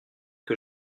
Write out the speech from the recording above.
que